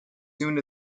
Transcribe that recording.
soon